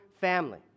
family